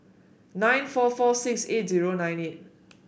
nine four four six eight zero nine eight